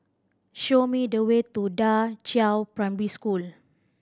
show me the way to Da Qiao Primary School